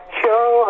show